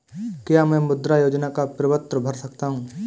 क्या मैं मुद्रा योजना का प्रपत्र भर सकता हूँ?